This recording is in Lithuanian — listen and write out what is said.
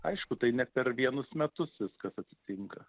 aišku tai ne per vienus metus viskas atsitinka